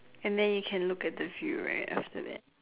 and then you can look at the view right after that